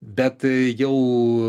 bet jau